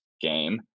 game